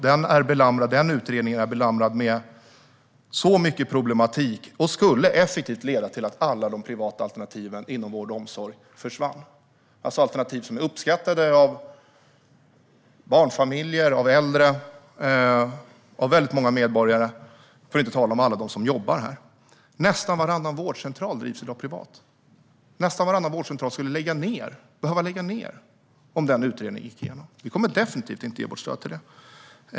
Den utredningen är belamrad med mycket problematik och skulle effektivt leda till att alla de privata alternativen inom vård och omsorg försvann - alternativ som är uppskattade av barnfamiljer, äldre och väldigt många andra medborgare, för att inte tala om alla dem som jobbar där. Nästan varannan vårdcentral drivs i dag privat. Nästan varannan vårdcentral skulle därmed behöva läggas ned om den utredningen gick igenom. Vi kommer definitivt inte att ge vårt stöd till det.